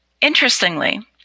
Interestingly